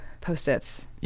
Post-its